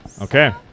Okay